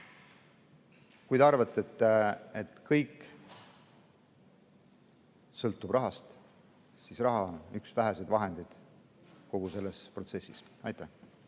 Kui teie arvate, et kõik sõltub rahast, siis ütlen, et raha on üks väheseid vahendeid kogu selles protsessis. Aitäh,